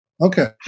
Okay